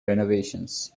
renovations